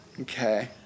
Okay